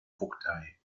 vogtei